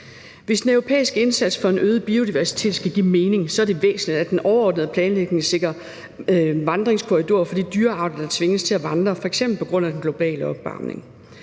Hvis den europæiske indsats for en øget biodiversitet skal give mening, er det væsentligt, at den overordnede planlægning sikrer vandringskorridorer for de dyrearter, der tvinges til at vandre f.eks. på grund af den globale opvarmning.